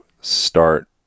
start